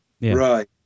right